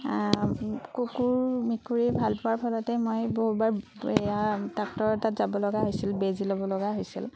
কুকুৰ মেকুৰী ভালপোৱাৰ ফলতেই মই বহুবাৰ এয়া ডাক্তৰৰ তাত যাব লগা হৈছিল বেজি ল'ব লগা হৈছিল